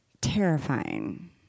Terrifying